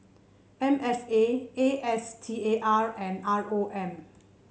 M F A A S T A R and R O M